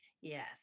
Yes